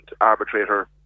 arbitrator